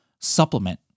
supplement